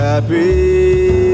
happy